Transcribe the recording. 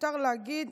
מותר להגיד.